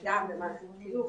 אז גם במערכת החינוך,